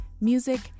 music